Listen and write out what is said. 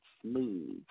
smooth